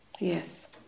Yes